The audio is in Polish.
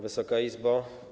Wysoka Izbo!